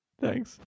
Thanks